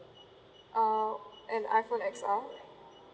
uh an iPhone X R